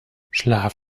schlaf